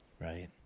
right